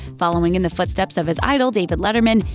following in the footsteps of his idol, david letterman,